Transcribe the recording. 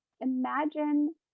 imagine